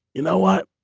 you know what?